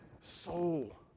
soul